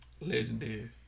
Legendary